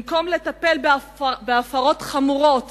במקום לטפל בהפרות חמורות